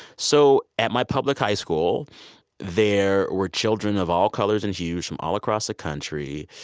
so at my public high school there were children of all colors and hues from all across the country,